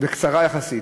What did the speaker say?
וקצרה יחסית,